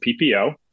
PPO